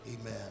Amen